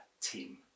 team